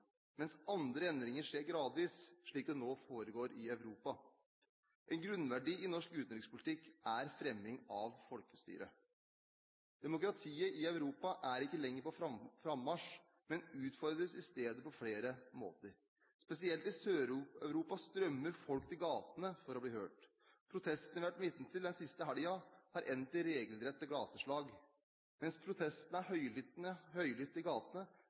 mens andre endringer skjer gradvis, slik det nå foregår i Europa. En grunnverdi i norsk utenrikspolitikk er fremming av folkestyre. Demokratiet i Europa er ikke lenger på frammarsj, men utfordres i stedet på flere måter. Spesielt i Sør-Europa strømmer folk til gatene for å bli hørt. Protestene vi har vært vitne til den siste helgen, har endt i regelrette gateslag. Mens protestene er høylytte i gatene,